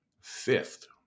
fifth